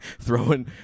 throwing